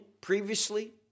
previously